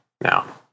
now